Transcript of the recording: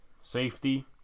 safety